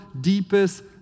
deepest